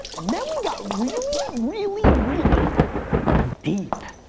and then we got really, really, really deep.